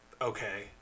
okay